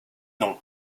nom